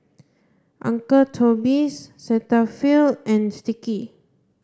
uncle Toby's Cetaphil and Sticky